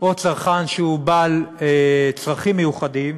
או צרכן שהוא בעל צרכים מיוחדים,